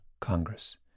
Congress